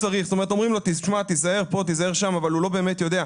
אומרים לו תיזהר פה ושם אבל הוא לא באמת יודע.